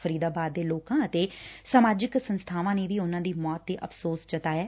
ਫਰੀਦਾਬਾਦ ਦੇ ਲੋਕਾ ਅਤੇ ਸਮਾਜਿਕ ਸੰਸਬਾਵਾਂ ਨੇ ਵੀ ਉਨੁਾਂ ਦੀ ਮੌਤ ਤੇ ਅਫਸੋਸ ਜਤਾਇਆ